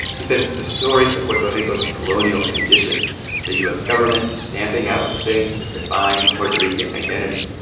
he said it's the story of puerto rico's colonial condition the u s. government stamping out the things that define puerto rican identity,